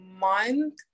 month